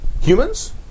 Humans